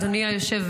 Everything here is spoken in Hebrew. אינו נוכח,